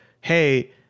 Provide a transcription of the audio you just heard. hey